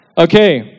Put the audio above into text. Okay